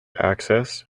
access